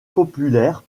populaires